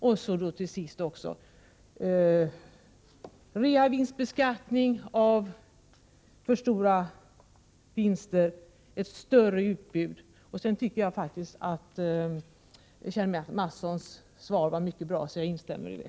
När det slutligen gäller reavinstbeskattning av för stora vinster och ett större utbud tycker jag att Kjell Mattssons svar var mycket bra, och jag instämmer i det.